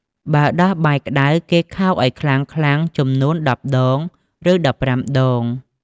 បើដោះបាយក្តៅ គេខោកឲ្យខ្លាំងៗចំនួន ១០ ដង ឬ ១៥ ដង។